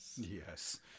yes